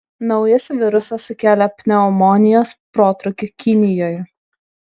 naujas virusas sukėlė pneumonijos protrūkį kinijoje